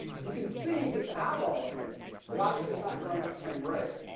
you can see just eyeballing it that obviously it's not growing at the same rate.